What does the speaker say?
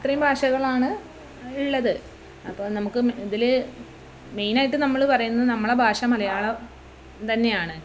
ഇത്രയും ഭാഷകളാണ് ഉള്ളത് അപ്പം നമുക്ക് ഇതില് മെയിൻ ആയിട്ട് നമ്മള് പറയുന്നത് നമ്മുടെ ഭാഷ മലയാളം തന്നെയാണ്